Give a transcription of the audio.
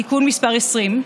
תיקון מס' 20)